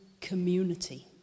community